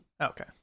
okay